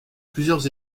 plusieurs